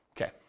Okay